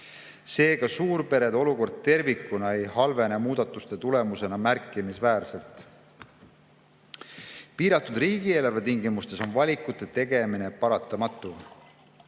Seega suurperede olukord tervikuna muudatuste tulemusena märkimisväärselt ei halvene. Piiratud riigieelarve tingimustes on valikute tegemine paratamatu.